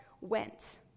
went